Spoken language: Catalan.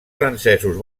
francesos